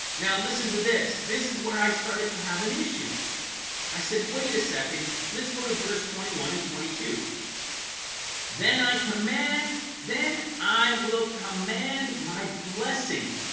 now listen to this this is where i started to have an issue i said wait a second. let's go to verse twenty one and twenty two then i command then i will command my blessing